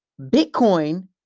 Bitcoin